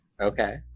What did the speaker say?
okay